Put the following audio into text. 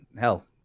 hell